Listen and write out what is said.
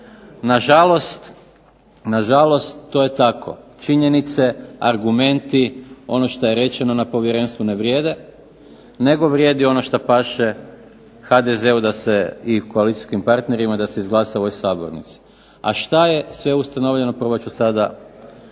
Na žalost to je tako, činjenice, argumenti, ono što je rečeno na Povjerenstvu ne vrijede nego vrijedi ono što paše HDZ-u i koalicijskim partnerima da se izglasa u ovoj Sabornici. A što je sve ustanovljeno probat ću ovdje